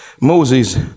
Moses